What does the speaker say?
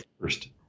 first